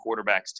quarterbacks